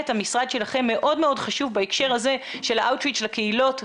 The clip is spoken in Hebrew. המשרד שלכם מאוד חשוב בהקשר הזה של ה-out reach לקהילות,